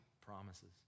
promises